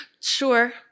Sure